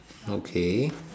okay